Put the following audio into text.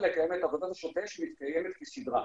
כדי לקיים את העבודה השוטפת שמתקיימת כסדרה,